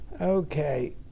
Okay